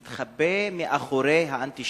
לא צריכים להתחבא מאחורי האנטישמיות